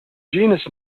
genus